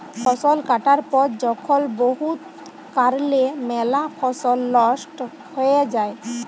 ফসল কাটার পর যখল বহুত কারলে ম্যালা ফসল লস্ট হঁয়ে যায়